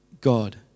God